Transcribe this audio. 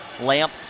Lamp